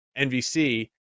nvc